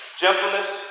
gentleness